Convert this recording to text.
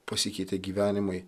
pasikeitė gyvenimai